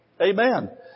Amen